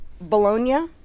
Bologna